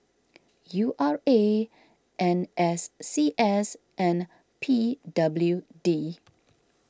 U R A N S C S and P W D